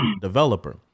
developer